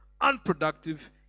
unproductive